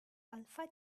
alpha